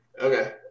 Okay